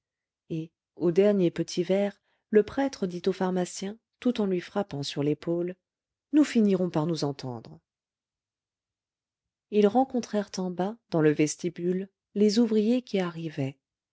et au dernier petit verre le prêtre dit au pharmacien tout en lui frappant sur l'épaule nous finirons par nous entendre ils rencontrèrent en bas dans le vestibule les ouvriers qui arrivaient